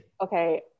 Okay